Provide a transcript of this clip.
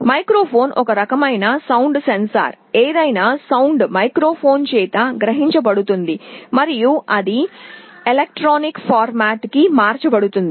microphone ఒక రకమైన sound sensor ఏదైనా ధ్వని మైక్రోఫోన్ చేత సంగ్రహించబడుతుంది మరియు అది ఎలక్ట్రానిక్ ఆకృతికి మార్చబడుతుంది